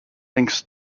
links